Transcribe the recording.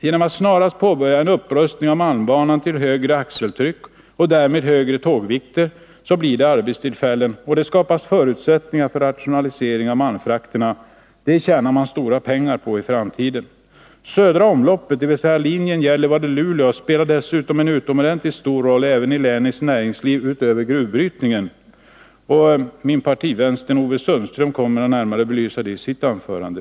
Genom att snarast påbörja en upprustning av malmbanan, så att den tål högre axeltryck och därmed högre tågvikter, skapar man arbetstillfällen. Därmed skapas också förutsättningar för en rationalisering av malmfrakterna. Det tjänar man stora pengar på i framtiden. Södra omloppet, dvs. linjen Gällivare-Luleå, spelar dessutom en utomordentligt stor roll även i länets näringsliv utöver gruvbrytningen. Min partivän Sten-Ove Sundström kommer att närmare belysa detta i sitt anförande.